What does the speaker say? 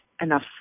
enough